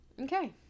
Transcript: okay